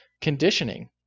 conditioning